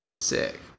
Sick